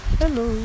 hello